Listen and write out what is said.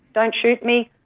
don't shoot me!